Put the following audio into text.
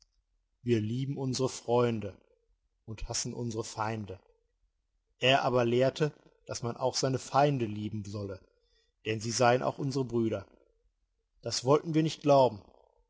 wir lieben unsere freunde und hassen unsere feinde er aber lehrte daß man auch seine feinde lieben solle denn sie seien auch unsere brüder das wollten wir nicht glauben